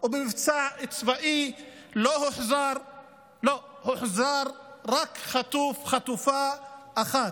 ובמבצע צבאי הוחזרה רק חטופה אחת.